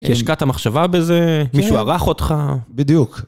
השקעת מחשבה בזה? מישהו ערך אותך? בדיוק.